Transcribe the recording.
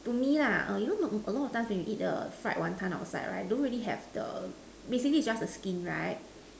to me lah you know a lot of times you eat the fried wanton outside right basically it's just the skin right